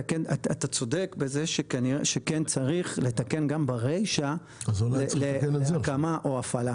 אתה צודק בזה שכן צריך לתקן גם ברישה להקמה או הפעלה.